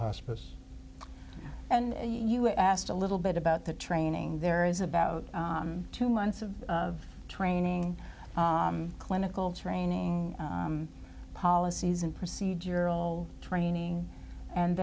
hospice and you asked a little bit about the training there is about two months of of training clinical training policies and procedural training and